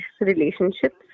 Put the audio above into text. relationships